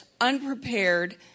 unprepared